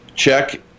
check